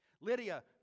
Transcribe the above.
Lydia